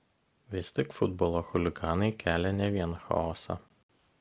vis tik futbolo chuliganai kelia ne vien chaosą